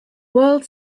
world